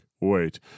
Wait